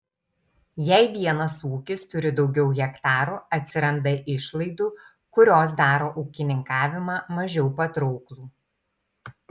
jei vienas ūkis turi daugiau hektarų atsiranda išlaidų kurios daro ūkininkavimą mažiau patrauklų